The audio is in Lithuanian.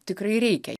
tikrai reikia